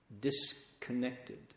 disconnected